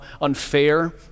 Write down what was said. unfair